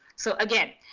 so again,